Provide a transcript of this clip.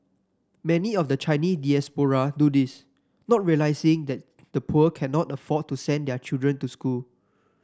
many of the Chinese diaspora do this not realising that the poor cannot afford to send their children to school